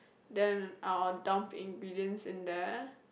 then I will dump ingredients in there